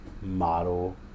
model